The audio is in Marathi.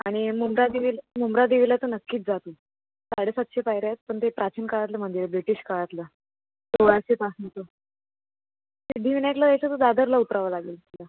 आणि मुंब्रा देवीला मुंब्रा देवीला तर नक्कीच जा तू साडेसातशे पायऱ्या आहेत पण ते प्राचीन काळातलं मंदिर आहे ब्रिटीश काळातलं सोळाशेपासूनचं सिद्धीविनायकला जायचं तर दादरला उतरावं लागेल तुला